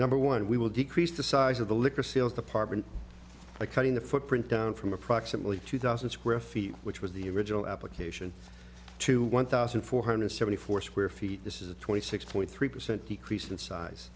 number one we will decrease the size of the liquor sales department by cutting the footprint down from approximately two thousand square feet which was the original application to one thousand four hundred seventy four square feet this is a twenty six point three percent decrease in size